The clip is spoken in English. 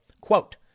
quote